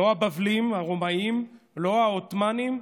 לא הבבלים, לא הרומאים, לא העות'מאנים,